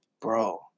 bro